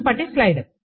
మునుపటి స్లయిడ్